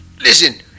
Listen